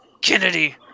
Kennedy